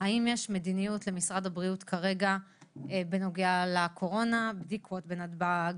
האם יש מדיניות למשרד הבריאות כרגע בנוגע לקורונה בדיקות בנתב"ג,